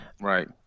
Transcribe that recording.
Right